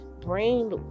brain